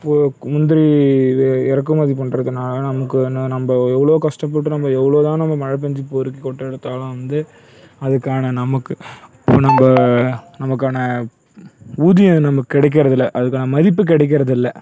போக் முந்திரி வெ இறக்குமதி பண்றதுனால் நமக்கு என்ன நம்ப எவ்வளோ கஷ்டப்பட்டு நம்ப எவ்வளோ தான் நம்ம மழை பெஞ்சு பொறுக்கி கொட்டை எடுத்தாலும் வந்து அதுக்கான நமக்கு இப்போது நம்ப நமக்கான ஊதியம் நமக்கு கிடைக்கறதில்ல அதுக்கான மதிப்பு கிடைக்கறதில்ல